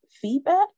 feedback